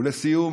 ולסיום,